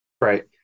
Right